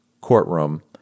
courtroom